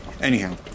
Anyhow